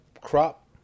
crop